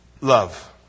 love